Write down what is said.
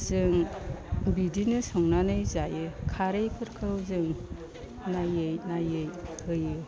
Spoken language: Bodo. जों बिदिनो संनानै जायो खारैफोरखौ जों नायै नायै होयो